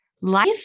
life